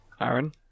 Aaron